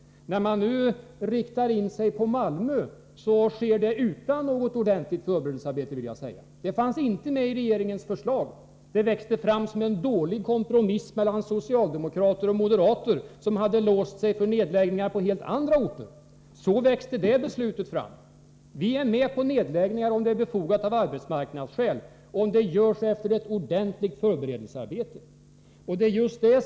När man nu riktar in sig på en nedläggning av utbildningen i Malmö sker det utan ett ordentligt förberedelsearbete. Denna nedläggning ingick inte i regeringens förslag, utan växte fram som en dålig kompromiss mellan socialdemokrater och moderater, som hade låst sig för nedläggningar på helt andra orter. Vi går med på nedläggningar om dessa är befogade av arbetsmarknadsskäl och om det görs ett ordentligt förberedelsearbete.